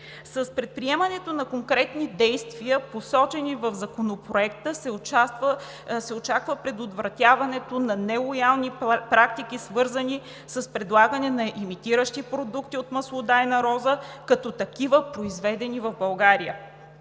С предприемането на конкретни действия, посочени в Законопроекта, се очаква предотвратяването на нелоялни практики, свързани с предлагане на имитиращи продукти от маслодайна роза, като такива, произведени в България.